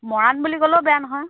মৰাণ বুলি ক'লেও বেয়া নহয়